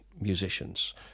musicians